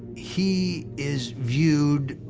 he is viewed